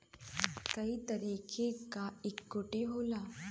कई तरीके क इक्वीटी होला